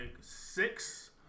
six